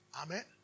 Amen